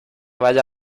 vayas